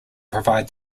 provide